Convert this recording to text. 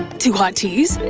two hot teas?